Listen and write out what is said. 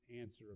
answer